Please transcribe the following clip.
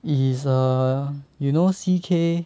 it is err you know C_K